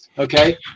okay